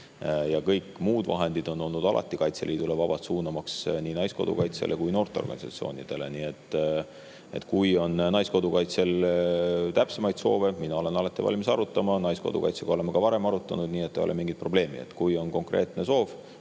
Kõik muud vahendid on alati olnud Kaitseliidule vabad suunamaks nii Naiskodukaitsele kui ka noorteorganisatsioonidele, nii et kui Naiskodukaitsel on täpsemaid soove, siis mina olen alati valmis neid arutama. Naiskodukaitsega oleme ka varem arutanud, ei ole mingit probleemi. Kui on konkreetne soov,